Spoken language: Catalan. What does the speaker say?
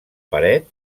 paret